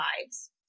lives